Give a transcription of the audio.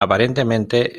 aparentemente